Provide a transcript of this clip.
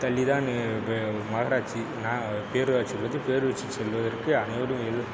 தள்ளி தான் நகராட்சி பேரூராட்சி வந்து பேரூராட்சி செல்வதற்கு அனைவரும்